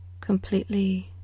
completely